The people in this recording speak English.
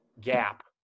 gap